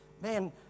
man